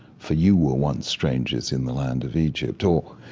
for you were once strangers in the land of egypt. or,